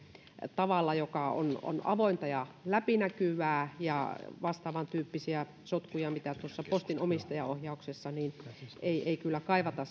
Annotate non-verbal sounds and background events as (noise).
tavalla joka on on avointa ja läpinäkyvää ja vastaavantyyppisiä sotkuja kuin postin omistajaohjauksessa ei ei kyllä kaivata (unintelligible)